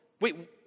Wait